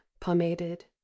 pomaded